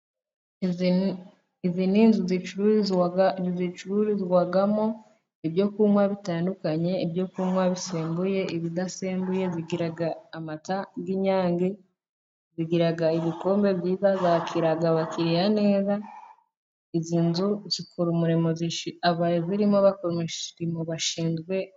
Izi ni inzu zicururizwamo ibyo kunywa bitandukanye, ibyo kunywa bisembuye, ibidasembuye, bigira amata y'nyange, bigira ibikombe byiza , zakira abakiriya neza, iz'inzu zikora umurimo ababiririmo bakora umrimo bashinzwe.